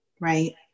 right